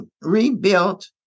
rebuilt